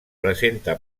presenta